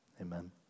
Amen